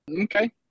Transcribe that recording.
Okay